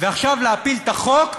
ועכשיו להפיל את החוק,